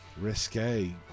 risque